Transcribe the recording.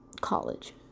college